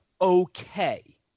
okay